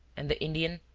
and the indian,